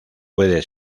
puede